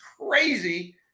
crazy